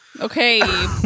okay